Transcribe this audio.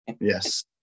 Yes